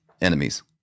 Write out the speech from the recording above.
enemies